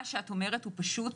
מה שאת אומרת פשוט